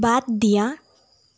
বাদ দিয়া